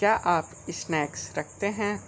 क्या आप इस्नैक्स रखते हैं